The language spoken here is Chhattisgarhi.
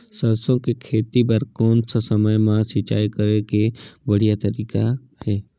सरसो के खेती बार कोन सा समय मां सिंचाई करे के बढ़िया तारीक हे?